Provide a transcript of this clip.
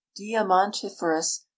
diamantiferous